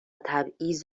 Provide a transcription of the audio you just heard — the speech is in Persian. تبعیض